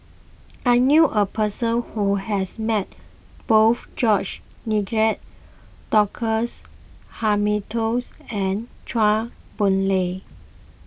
I knew a person who has met both George Nigel Douglas Hamiltons and Chua Boon Lay